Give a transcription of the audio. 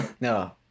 No